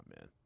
man